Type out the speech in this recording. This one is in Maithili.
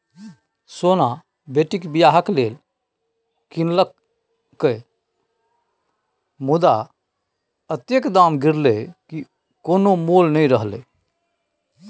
सोना बेटीक बियाह लेल कीनलकै रहय मुदा अतेक दाम गिरलै कि कोनो मोल नहि रहलै